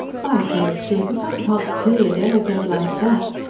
by job, dick, if i thought tilly ud ever get like that.